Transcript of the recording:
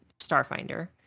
Starfinder